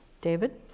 David